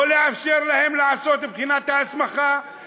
לא לאפשר להם לעשות את בחינת ההסמכה,